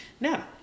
Now